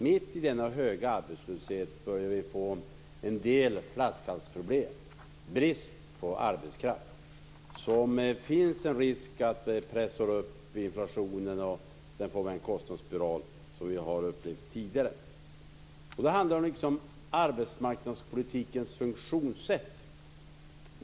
Mitt i denna höga arbetslöshet börjar vi få en del flaskhalsproblem - brist på arbetskraft. Och det finns en risk för att det pressar upp inflationen och att man sedan får en kostnadsspiral som vi har upplevt tidigare. Då handlar det om arbetsmarknadspolitikens funktionssätt.